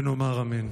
ונאמר אמן.